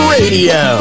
Radio